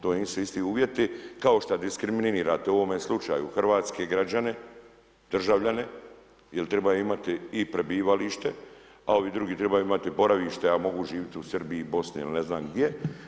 To nisu isti uvjeti kao šta diskriminirate u ovome slučaju hrvatske građane, državljane, jer trebaju imati i prebivalište, a ovi drugi tribaju imati boravište, a mogu živit u Srbiji, Bosni ili ne znam gdje.